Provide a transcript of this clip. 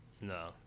No